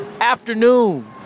afternoon